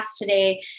today